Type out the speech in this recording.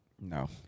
No